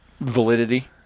validity